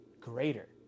greater